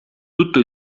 tutto